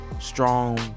strong